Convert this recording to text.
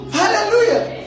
hallelujah